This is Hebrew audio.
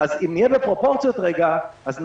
אם נהיה בפרופורציות אז נבין